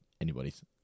Anybody's